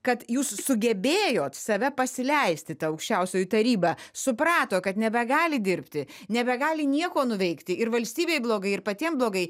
kad jūs sugebėjot save pasileisti ta aukščiausioji taryba suprato kad nebegali dirbti nebegali nieko nuveikti ir valstybei blogai ir patiem blogai